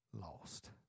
lost